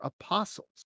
apostles